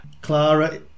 Clara